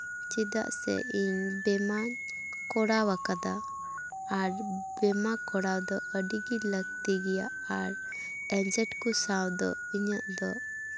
ᱪᱮᱫᱟᱜ ᱥᱮ ᱤᱧ ᱵᱤᱢᱟᱧ ᱠᱚᱨᱟᱣᱟᱠᱟᱫᱟ ᱟᱨ ᱵᱤᱢᱟ ᱠᱚᱨᱟᱣ ᱫᱚ ᱟᱹᱰᱤ ᱜᱮ ᱞᱟᱹᱠᱛᱤ ᱜᱮᱭᱟ ᱟᱨ ᱮᱹᱡᱮᱱᱴ ᱠᱚ ᱥᱟᱶ ᱫᱚ ᱤᱧᱟᱹᱜ ᱫᱚ